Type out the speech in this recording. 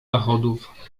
zachodów